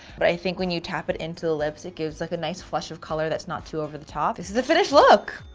but i think when you tap it into the lips it gives like a nice flush of color that's not too over-the-top. this is the finished look.